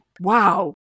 wow